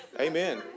Amen